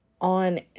on